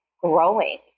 growing